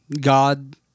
God